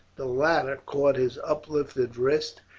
the latter caught his uplifted wrist,